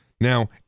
Now